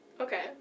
Okay